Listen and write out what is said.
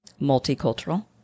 Multicultural